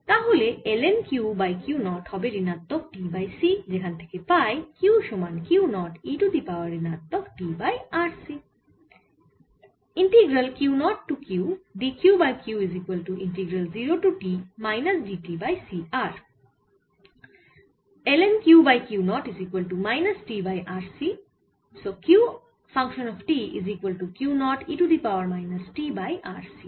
তাহলে ln Q by Q 0 হবে ঋণাত্মক t বাই RC যেখান থেকে পাই Q সমান Q 0 e to the power ঋণাত্মক t বাই RC